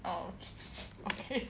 oh okay